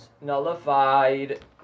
nullified